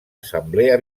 assemblea